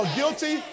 guilty